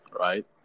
right